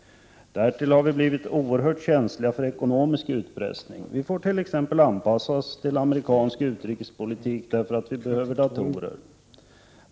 Därtill har vi blivit oerhört känsliga för ekonomisk utpressning. Vi får t.ex. anpassa oss till amerikansk utrikespolitik därför att vi behöver datorer.